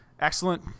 excellent